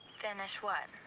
finish what?